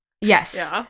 Yes